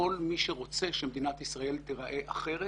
כל מי שרוצה שמדינת ישראל תיראה אחרת